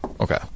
Okay